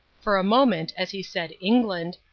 for a moment, as he said england,